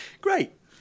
Great